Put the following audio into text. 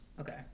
Okay